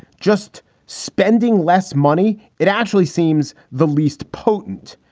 just spending less money, it actually seems the least potent.